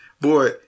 boy